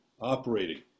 operating